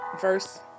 verse